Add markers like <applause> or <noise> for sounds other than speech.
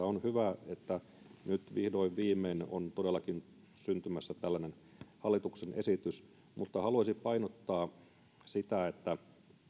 <unintelligible> on hyvä että nyt vihdoin viimein on todellakin syntymässä tällainen hallituksen esitys mutta haluaisin painottaa sitä että